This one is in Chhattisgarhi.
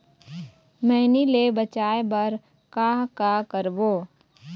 मैनी ले बचाए बर का का करबो?